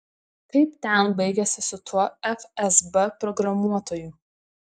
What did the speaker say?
kaip ten baigėsi su tuo fsb programuotoju